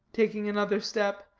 taking another step.